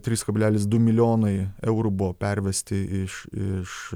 trys kablelis du milijonai eurų buvo pervesti iš iš